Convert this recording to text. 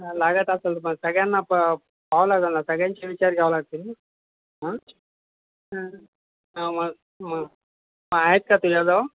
हा लागत असंल तर पण सगळ्यांना प पावला जा ना सगळ्यांचे विचार घ्यावं लागतील ना ह मग आहेत का तुझ्याजवळ